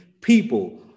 people